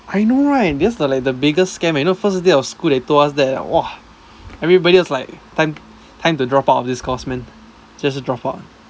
I know right because the like the biggest scam you know first day of school they told us that leh !wah! everybody was like time time to drop out of this course man just drop out